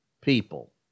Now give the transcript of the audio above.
people